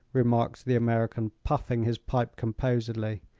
remarked the american, puffing his pipe composedly.